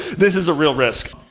this is a real risk.